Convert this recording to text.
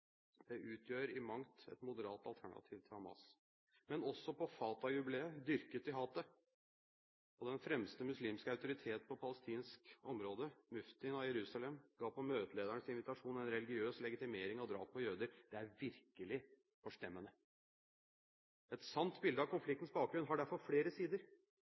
Det utgjør i mangt et moderat alternativ til Hamas, men også på Fatah-jubileet dyrket de hatet. Og den fremste muslimske autoritet på palestinsk område, muftien av Jerusalem, ga på møtelederens invitasjon en religiøs legitimering av drap på jøder. Det er virkelig forstemmende! Et sant bilde av konfliktens bakgrunn har derfor flere sider: